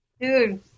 dude